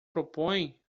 propõe